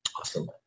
Awesome